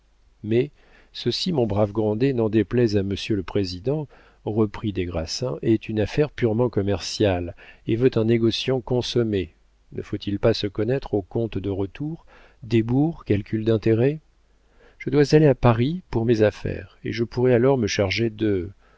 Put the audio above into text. mais ceci mon brave grandet n'en déplaise à monsieur le président reprit des grassins est une affaire purement commerciale et veut un négociant consommé ne faut-il pas se connaître aux comptes de retour débours calculs d'intérêts je dois aller à paris pour mes affaires et je pourrais alors me charger de